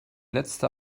letzte